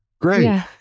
Great